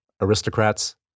aristocrats